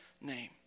name